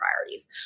priorities